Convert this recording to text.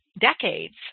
decades